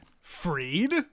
Freed